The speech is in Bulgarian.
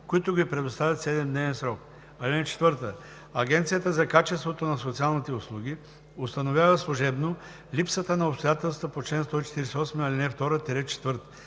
които ги предоставят в 7-дневен срок. (4) Агенцията за качеството на социалните услуги установява служебно липсата на обстоятелствата по чл. 148, ал.